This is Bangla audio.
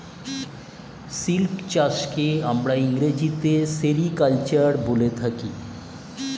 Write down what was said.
সিল্ক চাষকে আমরা ইংরেজিতে সেরিকালচার বলে থাকি